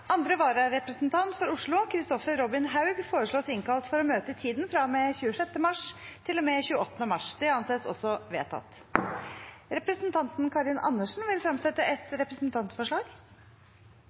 Andre vararepresentant for Oslo, Kristoffer Robin Haug , innkalles for å møte i permisjonstiden. Representanten Karin Andersen vil fremsette et